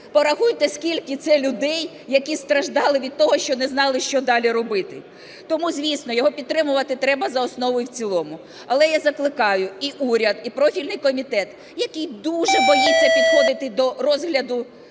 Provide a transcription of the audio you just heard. порахуйте, скільки це людей, які страждали від того, що не знали, що далі робити. Тому, звісно, його підтримувати треба за основу і в цілому. Але я закликаю і уряд, і профільний комітет, який дуже боїться підходити до розгляду